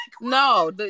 No